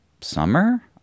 summer